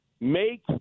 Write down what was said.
Make